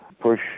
push